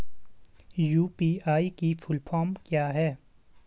UPI की full form क्या है?